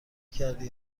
کردی